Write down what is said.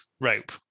rope